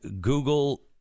Google